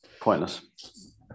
pointless